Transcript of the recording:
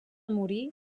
morir